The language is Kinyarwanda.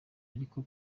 ariko